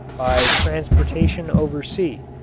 by transportation oversea,